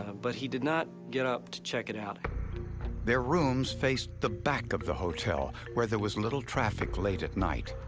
but he did not get up to check it out. narrator their rooms faced the back of the hotel, where there was little traffic late at night.